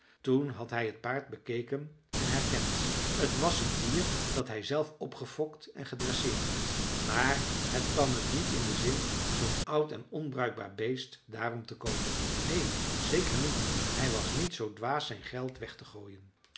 toen had hij t paard bekeken en het herkend t was een dier dat hij zelf opgefokt en gedresseerd had maar het kwam hem niet in den zin zoo'n oud en onbruikbaar beest daarom te koopen neen zeker niet hij was niet zoo dwaas zijn geld weg te gooien